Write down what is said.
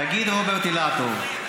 תגיד, רוברט, אילטוב,